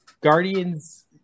Guardians